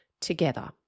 together